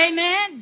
Amen